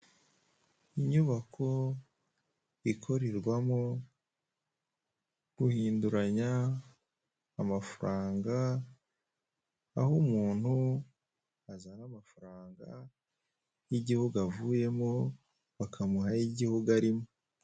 Inyubako ikorerwamo guhinduranya amafaranga, aho umuntu azana amafaranga y'igihugu avuyemo bakamuha ay'igihugu arimo.